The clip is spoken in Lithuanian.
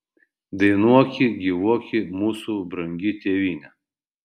dainuoki gyvuoki mūsų brangi tėvyne